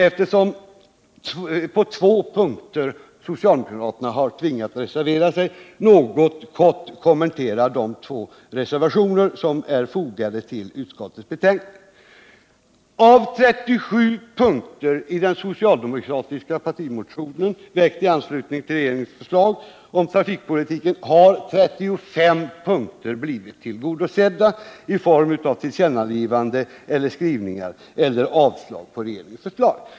Eftersom socialdemokraterna har sett sig tvungna att avlämna två reservationer ber jag, herr talman, att kortfattat få kommentera dessa. Av 37 punkter i den socialdemokratiska partimotionen, väckt i anslutning till regeringens förslag om trafikpolitiken, har 35 blivit tillgodosedda i form av tillkännagivanden, skrivningar eller avstyrkanden av regeringens förslag.